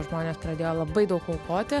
žmonės pradėjo labai daug aukoti